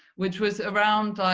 which was around